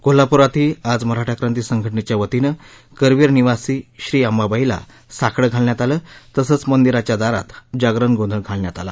कोल्हापुरातही आज मराठा क्रांती संघटनेच्या वतीनं करवीर निवासी श्री अंबाबाईला साकडं घालण्यात आलं तसंच मंदिराच्या दारात जागरण गोंधळ घालण्यात आला